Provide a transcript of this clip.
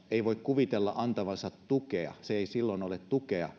ei voi kuvitella antavansa tukea jos se on vastikkeellista se ei silloin ole tukea